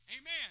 Amen